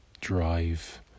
drive